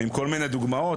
ועם כל מיני דוגמאות,